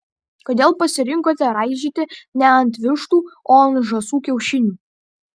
kodėl pasirinkote raižyti ne ant vištų o ant žąsų kiaušinių